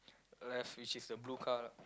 left which is the blue car